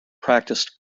practiced